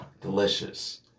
delicious